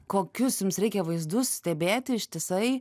kokius jums reikia vaizdus stebėti ištisai